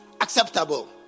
acceptable